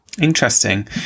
Interesting